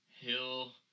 Hill